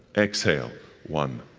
exhale one,